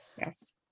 Yes